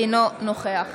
אינו נוכח